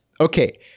okay